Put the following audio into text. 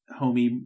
homie